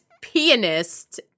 pianist